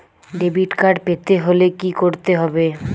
Debit card পেতে হলে কি করতে হবে?